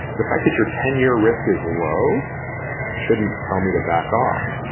the fact that your ten year risk is low shouldn't tell me to back off.